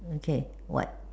okay what